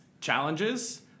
challenges